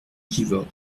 givors